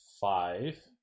five